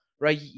Right